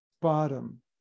bottom